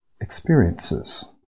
experiences